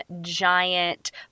giant